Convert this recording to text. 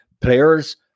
Players